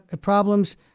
problems